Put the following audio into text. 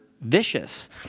vicious